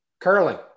curling